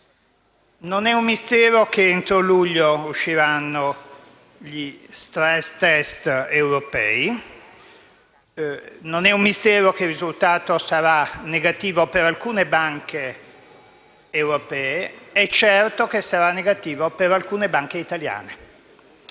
Non è un mistero che entro luglio usciranno gli *stress* *test* europei, non è un mistero che il risultato sarà negativo per alcune banche europee ed è certo che sarà negativo per alcune banche italiane.